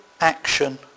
action